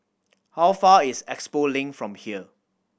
how far is Expo Link from here